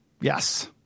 Yes